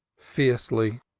fiercely,